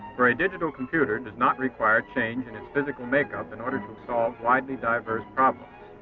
for a digital computer does not require change in its physical makeup in order to solve widely diverse problems.